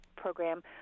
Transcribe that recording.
program